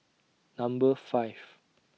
Number five